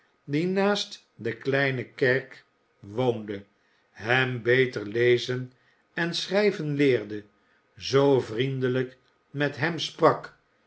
die naast de kleine kerk woonde hem beter lezen en schrijven leerde zoo vriendelijk met hem sprak